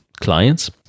clients